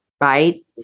Right